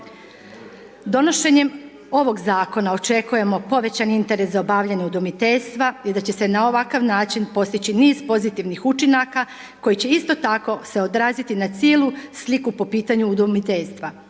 Donošenjem ovog zakona očekujemo povećan interes za obavljanje udomiteljstva i da će se na ovakav način postići niz pozitivnih učinaka koji će isto tako se odraziti na cijelu sliku po pitanju udomiteljstva.